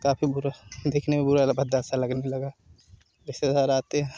काफ़ी भूरा देखने में भूरा भद्दा ला दिखने सा लगा इससे धराते हैं